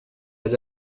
has